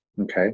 okay